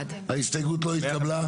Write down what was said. ההסתייגות לא התקבלה.